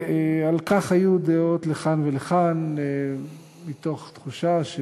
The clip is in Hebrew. על כך היו דעות לכאן ולכאן, מתוך תחושה של